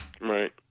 Right